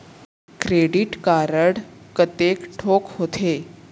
Credit card कतेक ठोक होथे?